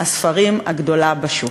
הספרים הגדולה בשוק.